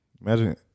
imagine